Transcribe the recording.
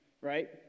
right